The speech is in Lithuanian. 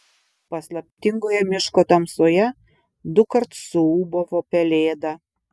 paslaptingoje miško tamsoje dukart suūbavo pelėda